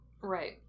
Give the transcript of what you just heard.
Right